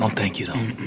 um thank you, though.